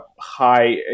high